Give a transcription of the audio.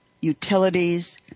utilities